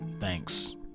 thanks